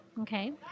Okay